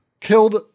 killed